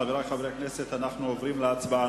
חברי חברי הכנסת, אנחנו עוברים להצבעה.